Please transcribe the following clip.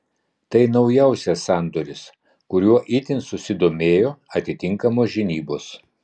tai naujausias sandoris kuriuo itin susidomėjo atitinkamos žinybos